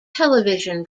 television